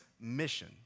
mission